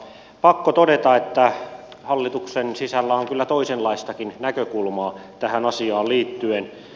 pakko todeta että hallituksen sisällä on kyllä toisenlaistakin näkökulmaa tähän asiaan liittyen